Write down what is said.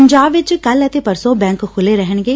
ਪੰਜਾਬ ਵਿਚ ਕੱਲੁ ਅਤੇ ਪਰਸੋ ਬੈਂਕ ਖੁੱਲੁੇ ਰਹਿਣਗੇ